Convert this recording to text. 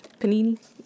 Panini